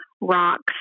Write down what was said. rocks